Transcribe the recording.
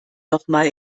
nochmal